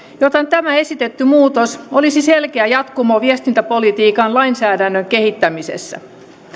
joten tämä esitetty muutos olisi selkeä jatkumo viestintäpolitiikan lainsäädännön kehittämisessä